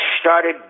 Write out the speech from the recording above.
started